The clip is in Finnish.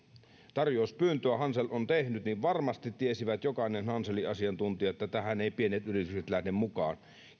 hansel on tätä tarjouspyyntöä tehnyt niin varmasti jokainen hanselin asiantuntija tiesi että tähän eivät pienet yritykset lähde mukaan